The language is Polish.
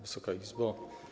Wysoka Izbo!